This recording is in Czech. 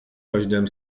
každém